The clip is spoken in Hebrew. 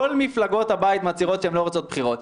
כל מפלגות הבית מצהירות שהן לא רוצות בחירות.